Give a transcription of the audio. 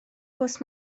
pws